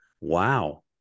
wow